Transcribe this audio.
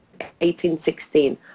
1816